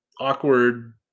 awkward